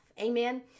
Amen